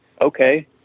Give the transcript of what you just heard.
okay